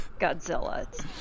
Godzilla